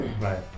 Right